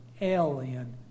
alien